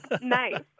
nice